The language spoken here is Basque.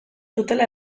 zutela